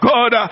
God